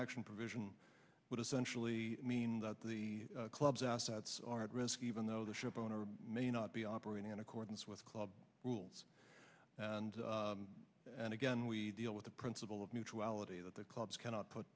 action provision would essentially mean that the club's assets are at risk even though the shop owner may not be operating in accordance with club rules and and again we deal with the principle of mutuality that the clubs cannot put